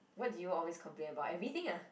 what do you always complain about everything ah